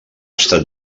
estat